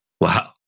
Wow